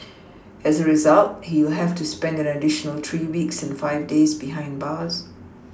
as a result he will have to spend an additional three weeks and five days behind bars